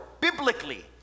biblically